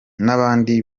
n’abandi